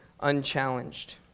unchallenged